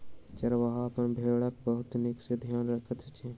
चरवाहा अपन भेड़क बहुत नीक सॅ ध्यान रखैत अछि